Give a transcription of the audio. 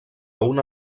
una